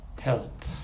help